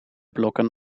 blokken